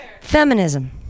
Feminism